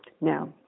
Now